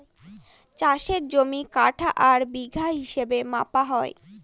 চাষের জমি কাঠা আর বিঘা হিসাবে মাপা হয়